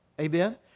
Amen